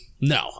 No